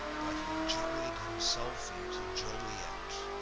but he jollied himself into joliet.